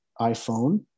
iPhone